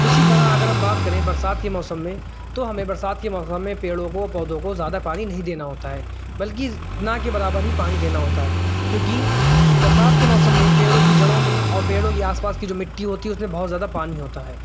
اسی طرح اگر ہم بات کریں برسات کے موسم میں تو ہمیں برسات کے موسم میں پیڑوں کو پودوں کو زیادہ پانی نہیں دینا ہوتا ہے بلکہ نہ کہ برابر ہی پانی دینا ہوتا ہے کیونکہ برسات کے موسم میں پیڑوں کی جڑوں میں اور پیڑوں کے آس پاس کی جو مٹی ہوتی ہے اس میں بہت زیادہ پانی ہوتا ہے